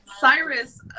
cyrus